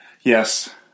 Yes